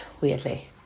weirdly